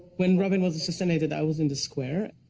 when rabin was assassinated, i was in the square,